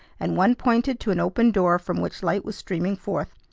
and one pointed to an open door from which light was streaming forth.